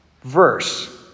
verse